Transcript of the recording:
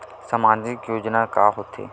सामाजिक योजना का होथे?